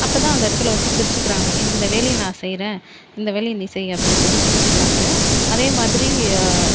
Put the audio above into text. அப்போ தான் அந்த இடத்துல வந்து பிரிச்சிக்கிறாங்க இந்த வேலையை நான் செய்யறேன் இந்த வேலையை நீ செய் அப்படின்னு சொல்லி பிரிச்சிக்கிறாங்க அதேமாதிரி